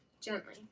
gently